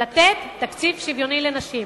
לתת תקציב שוויוני לנשים.